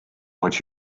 what